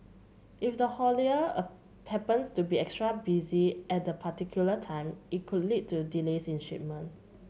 if the haulie happens to be extra busy at that particular time it could lead to delays in shipment